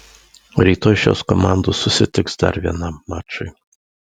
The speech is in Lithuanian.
rytoj šios komandos susitiks dar vienam mačui